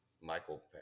michael